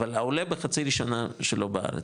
אבל העולה בחצי שנה שלו בארץ,